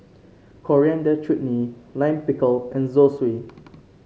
Coriander Chutney Lime Pickle and Zosui